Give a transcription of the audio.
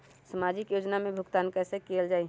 सामाजिक योजना से भुगतान कैसे कयल जाई?